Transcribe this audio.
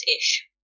ish